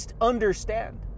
understand